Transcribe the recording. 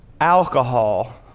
alcohol